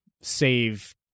save